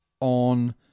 on